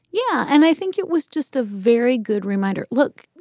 yeah. and i think it was just a very good reminder. look,